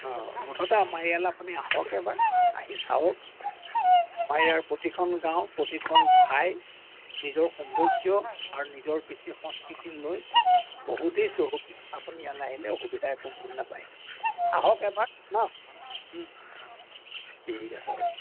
অঁ মুঠতে আমাৰ ইয়াল আপুনি আহক এবাৰ আহি চাওক আমাৰ ইয়াৰ প্ৰতিখন গাঁও প্ৰতিখন ঠাই নিজৰ সৌন্দৰ্য্য আৰু নিজৰ কৃষ্টি সংস্কৃতি লৈ বহুতেই চহকী আপুনি ইয়ালে আহিলে অসুবিধা একো নাপায় আহক এবাৰ ন ঠিক আছে হ'ব